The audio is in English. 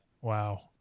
Wow